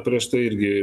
prieš tai irgi